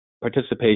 participation